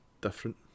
different